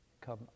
come